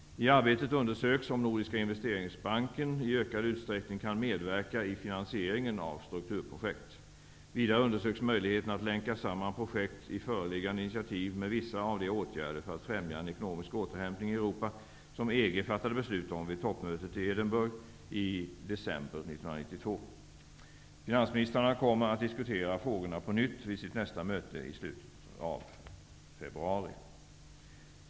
I arbetet undersöks om Nordiska investeringsbanken i ökad utsträckning kan medverka i finansieringen av strukturprojekt. Vidare undersöks möjligheterna att länka samman projekt i föreliggande initiativ med vissa av de åtgärder för att främja en ekonomsk återhämtning i Europa som EG fattade beslut om vid toppmötet i Edinburgh i december 1992. Finansministrarna kommer att diskutera frågorna på nytt vid sitt nästa möte i slutet av februari.